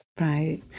Right